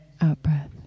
out-breath